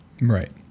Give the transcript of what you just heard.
Right